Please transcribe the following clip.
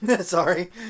Sorry